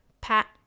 pat